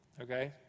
Okay